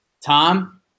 Tom